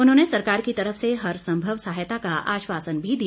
उन्होंने सरकार की तरफ से हरसंभव सहायता का आश्वासन भी दिया